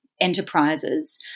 enterprises